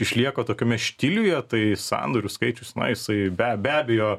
išlieka tokiame štiliuje tai sandorių skaičius na jisai be be abejo